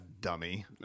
dummy